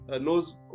knows